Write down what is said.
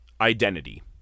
Identity